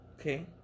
Okay